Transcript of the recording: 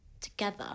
together